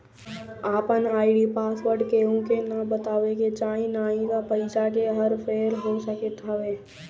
आपन ID password केहू के ना बतावे के चाही नाही त पईसा के हर फेर हो सकत हवे